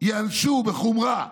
ייענשו בחומרה,